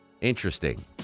interesting